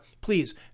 please